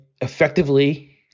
effectively